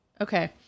Okay